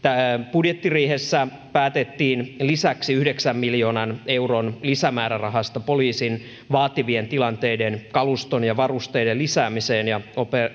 budjettiriihessä päätettiin lisäksi yhdeksän miljoonan euron lisämäärärahasta poliisin vaativien tilanteiden kaluston ja varusteiden lisäämiseen ja